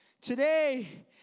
today